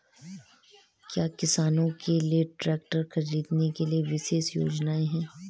क्या किसानों के लिए ट्रैक्टर खरीदने के लिए विशेष योजनाएं हैं?